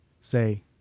say